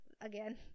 again